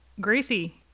Gracie